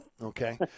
okay